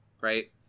right